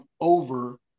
over